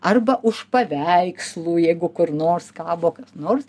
arba už paveikslų jeigu kur nors kabo kas nors